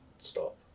stop